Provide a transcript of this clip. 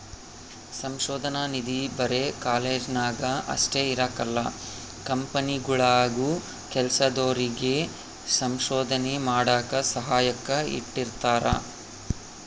ಸಂಶೋಧನಾ ನಿಧಿ ಬರೆ ಕಾಲೇಜ್ನಾಗ ಅಷ್ಟೇ ಇರಕಲ್ಲ ಕಂಪನಿಗುಳಾಗೂ ಕೆಲ್ಸದೋರಿಗೆ ಸಂಶೋಧನೆ ಮಾಡಾಕ ಸಹಾಯಕ್ಕ ಇಟ್ಟಿರ್ತಾರ